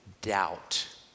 doubt